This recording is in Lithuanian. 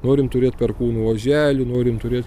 norim turėt perkūno oželį norim turėt